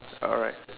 alright